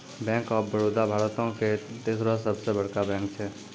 bank of Baroda भारतो के तेसरो सभ से बड़का बैंक छै